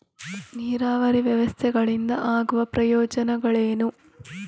ನೀರಾವರಿ ವ್ಯವಸ್ಥೆಗಳಿಂದ ಆಗುವ ಪ್ರಯೋಜನಗಳೇನು?